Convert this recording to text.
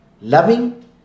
loving